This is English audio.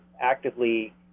actively